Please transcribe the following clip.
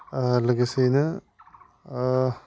लोगोसेनो